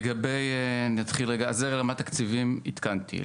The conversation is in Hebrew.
אז לגבי רמת התקציבים עדכנתי.